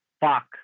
fuck